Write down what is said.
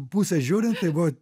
pusės žiūrint tai buvo